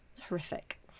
Horrific